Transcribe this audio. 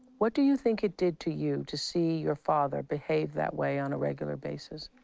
what do you think it did to you to see your father behave that way on a regular basis?